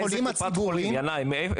ינאי,